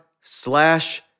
slash